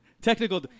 Technical